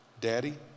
Daddy